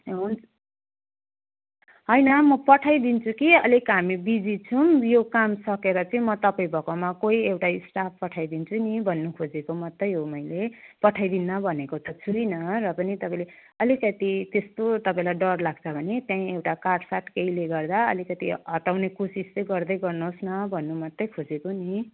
हुन् होइन म पठाइदिन्छु कि अलिक हामी बिजी छौँ यो काम सकेर चाहिँ म तपाईँ भएकोमा कोही एउटा स्टाफ पठाइदिन्छु नि भन्नु खोजेको मात्रै हो मैले पठाइदिन्नँ भनेको त छुइनँ र पनि तपाईँले अलिकति त्यस्तो तपाईँलाई डर लाग्छ भने त्यहीँ एउटा काठ साठ केहीले गर्दा अलिकति हटाउने कोसिस चाहिँ गर्दै गर्नुहोस् न भन्नु मात्रै खोजेको नि